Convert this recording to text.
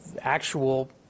actual